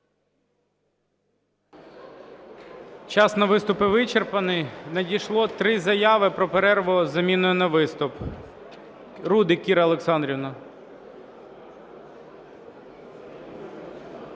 Час на виступи вичерпаний. Надійшло три заяви про перерву із заміною на виступ. Рудик Кіра Олександрівна.